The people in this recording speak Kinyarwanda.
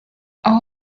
aho